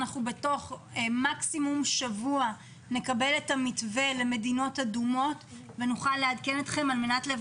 תוך מקסימום שבוע נקבל את המתווה למדינות אדומות ונוכל לעדכן אתכם.